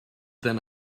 then